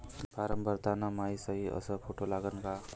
Form भरताना मायी सयी अस फोटो लागन का?